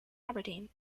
aberdeen